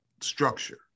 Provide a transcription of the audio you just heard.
structure